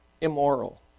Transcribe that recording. immoral